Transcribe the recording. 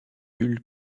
nulle